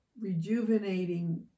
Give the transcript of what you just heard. rejuvenating